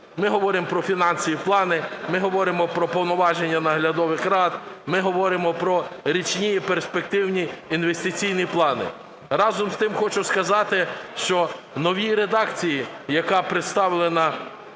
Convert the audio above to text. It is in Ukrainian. Ми говоримо про фінансові плани, ми говоримо про повноваження наглядових рад, ми говоримо про річні перспективні інвестиційні плани. Разом з тим, хочу сказати, що в новій редакції, яка представлена,